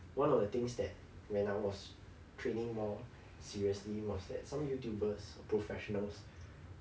one of the things that when I was training more seriously was that some YouTubers professionals